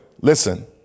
Listen